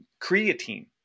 creatine